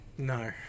No